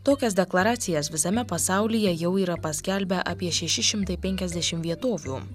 tokias deklaracijas visame pasaulyje jau yra paskelbę apie šeši šimtai penkiasdešim vietovių